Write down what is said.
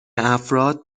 افراد